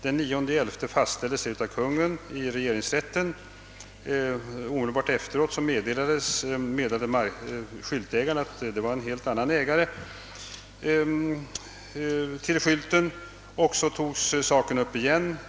Den 9 november fastställdes beslutet av Kungl. Maj:t i regeringsrätten. Omedelbart efteråt meddelade skyltägaren att det nu var en helt annan ägare till skylten. Saken togs upp igen.